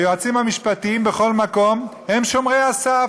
היועצים המשפטיים בכל מקום הם שומרי הסף,